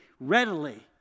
readily